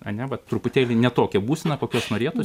ane vat truputėlį ne tokia būsena kokios norėtųsi